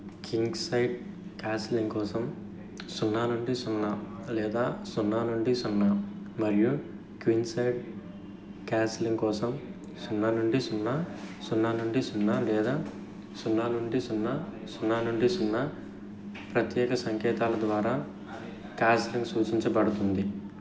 kingside castling కోసం సున్నా నుండి సున్నా లేదా సున్నా నుండి సున్నా మరియు క్వీన్సైడ్ క్యాస్లింగ్ కోసం సున్నా నుండి సున్నా సున్నా నుండి సున్నా లేదా సున్నా నుండి సున్నా సున్నా నుండి సున్నా ప్రత్యేక సంకేతాల ద్వారా క్యాస్లింగ్ సూచించబడుతుంది